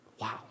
Wow